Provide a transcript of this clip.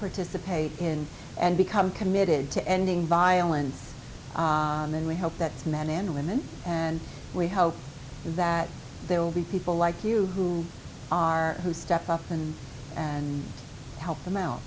participate in and become committed to ending violence and we hope that men and women and we hope that there will be people like you who are who stepped up and helped them out